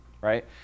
right